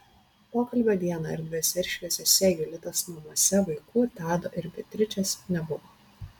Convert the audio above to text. pokalbio dieną erdviuose ir šviesiuose julitos namuose vaikų tado ir beatričės nebuvo